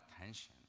attention